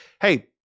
Hey